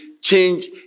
change